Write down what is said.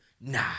Nah